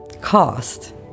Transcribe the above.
cost